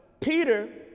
Peter